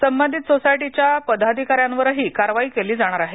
संबंधित सोसायटीच्या पदाधिकाऱ्यांवरही कारवाई केली जाणार आहे